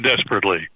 desperately